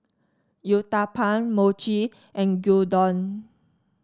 Uthapam Mochi and Gyudon